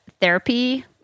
therapy